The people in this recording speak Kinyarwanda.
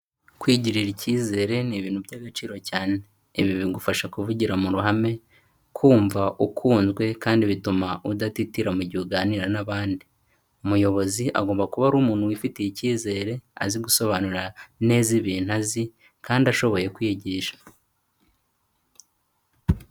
Kwigirira icyizere ni ibintu by'agaciro cyane, ibi bigufasha kuvugira mu ruhame, kumva ukunzwe, kandi bituma udatitira mu gihe uganira n'abandi, umuyobozi agomba kuba ari umuntu wifitiye icyizere, azi gusobanura neza ibintu azi, kandi ashoboye kwigisha.